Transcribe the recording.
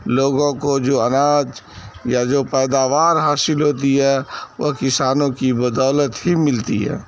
لوگوں کو جو اناج یا جو پیداوار حاصل ہوتی ہے وہ کسانوں کی بدولت ہی ملتی ہے